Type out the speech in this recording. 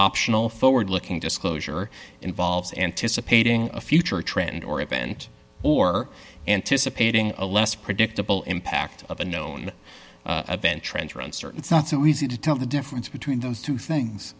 optional forward looking disclosure involves anticipating a future trend or event or anticipating a less predictable impact of a known bench trends are uncertain not so easy to tell the difference between those two things